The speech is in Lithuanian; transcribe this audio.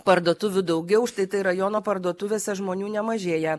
parduotuvių daugiau štai tai rajono parduotuvėse žmonių nemažėja